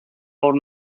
old